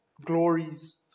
glories